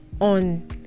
on